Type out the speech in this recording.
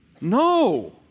No